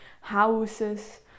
houses